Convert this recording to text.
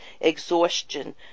exhaustion